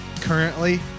currently